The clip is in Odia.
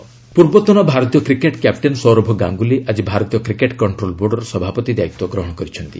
ବିସିସିଆଇ ପୂର୍ବତନ ଭାରତୀୟ କ୍ରିକେଟ୍ କ୍ୟାପ୍ଟେନ୍ ସୌରଭ ଗାଙ୍ଗୁଲି ଆଜି ଭାରତୀୟ କ୍ୱିକେଟ୍ କଣ୍ଟ୍ରୋଲ୍ ବୋର୍ଡର ସଭାପତି ଦାୟିତ୍ୱ ଗହଣ କରିଛନ୍ତି